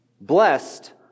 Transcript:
Blessed